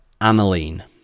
aniline